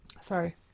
Sorry